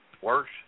Worse